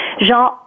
Jean